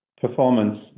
performance